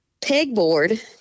pegboard